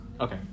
Okay